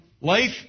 life